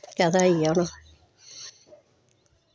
केह्दा आई गेआ हून